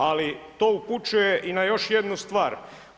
Ali to upućuje i na još jednu stvar.